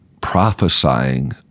prophesying